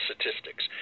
statistics